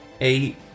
eight